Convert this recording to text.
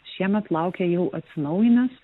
šiemet laukia jau atsinaujinęs